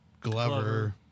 Glover